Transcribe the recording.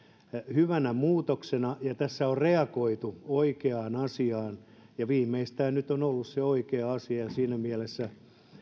hyvänä muutoksena tässä on reagoitu oikeaan asiaan ja viimeistään nyt on ollut se oikea aika ja siinä mielessä